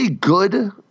good